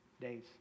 days